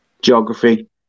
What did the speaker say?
Geography